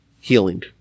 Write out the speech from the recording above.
healing